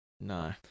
no